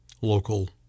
local